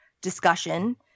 discussion